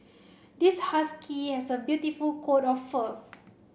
this husky has a beautiful coat of fur